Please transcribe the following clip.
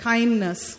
Kindness